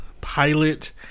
Pilot